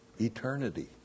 eternity